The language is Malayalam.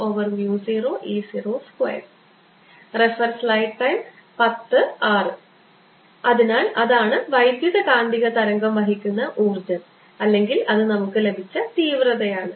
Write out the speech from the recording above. ഊർജ്ജത്തിൻറെ ഒഴുക്ക്c u100120E021200E02 അതിനാൽ അതാണ് വൈദ്യുതകാന്തിക തരംഗം വഹിക്കുന്ന ഊർജ്ജം അല്ലെങ്കിൽ അത് നമുക്ക് ലഭിച്ച തീവ്രതയാണ്